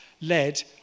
led